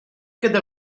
gyda